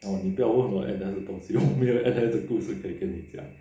哦你不要问我 N_S 的东西我没有 N_S 的故事可以跟你讲